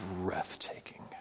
breathtaking